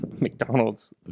McDonald's